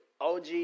OG